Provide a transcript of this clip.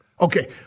Okay